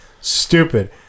stupid